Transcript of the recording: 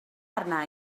arna